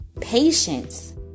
patience